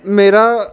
ਮੇਰਾ